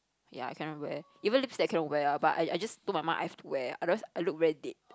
ya I cannot wear even lipstick I cannot wear eh but I I just told my mum I have to wear otherwise I look very dead